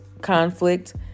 conflict